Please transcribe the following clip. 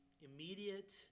immediate